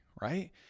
right